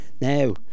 Now